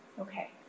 Okay